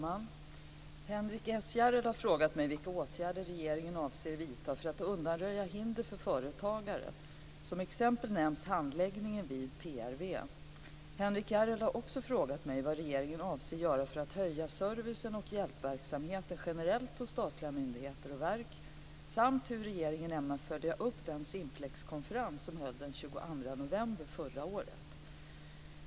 Fru talman! Henrik S Järrel har frågat mig vilka åtgärder regeringen avser vidta för att undanröja hinder för företagare. Som exempel nämns handläggningen vid Patent och registreringsverket, PRV. Henrik S Järrel har också frågat mig vad regeringen avser göra för att höja servicen och hjälpsamheten generellt hos statliga myndigheter och verk samt hur regeringen ämnar följa upp den Simplexkonferens som hölls den 22 november 1999.